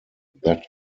that